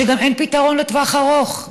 שגם אין פתרון לטווח ארוך.